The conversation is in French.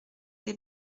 les